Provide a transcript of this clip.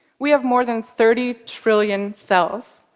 we have more than thirty trillion cells.